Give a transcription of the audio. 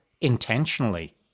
intentionally